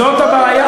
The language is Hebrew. זאת הבעיה שלך.